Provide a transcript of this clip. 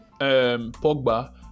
Pogba